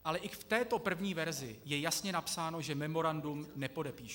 Ale i v této první verzi je jasně napsáno, že memorandum nepodepíšu.